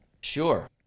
Sure